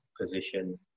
position